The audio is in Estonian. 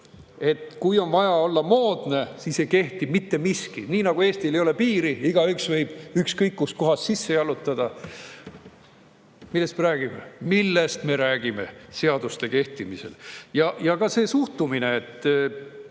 Kui on vaja olla moodne, siis ei kehti mitte miski, nii nagu Eestil ei ole piiri, igaüks võib ükskõik kustkohast sisse jalutada. Millest me räägime?! Millest me räägime seaduste kehtimise puhul?! Ja see suhtumine.